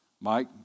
Mike